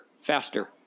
faster